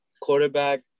quarterback